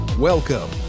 Welcome